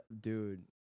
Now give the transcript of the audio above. Dude